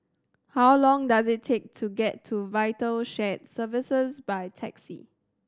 how long does it take to get to Vital Shared Services by taxi